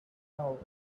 now